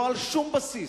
ולא על שום בסיס,